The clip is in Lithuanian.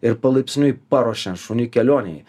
ir palaipsniui paruošiant šunį kelionei